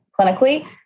clinically